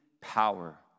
power